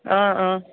অঁ অঁ